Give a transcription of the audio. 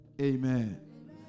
Amen